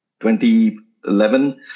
2011